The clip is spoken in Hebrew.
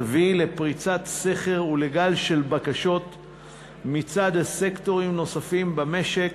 תביא לפריצת סכר ולגל של בקשות מצד סקטורים נוספים במשק